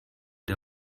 der